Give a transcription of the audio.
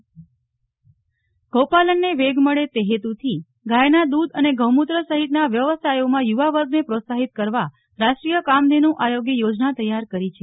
નેહલ ઠક્કર કામધેનુ આયોગ ગૌપાલનને વેગ મળે તે હેતુથી ગાયના દુધ અને ગૌમુત્ર સહિતના વ્યવસાયોમાં યુવા વર્ગને પ્રોત્સાહિત કરવા રાષ્ટ્રીય કામધેનુ આયોગે યોજના તૈયાર કરી છે